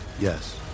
Yes